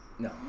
No